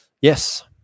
Yes